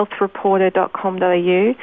healthreporter.com.au